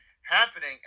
happening